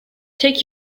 take